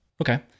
Okay